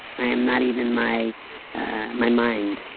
i am not even my my mind,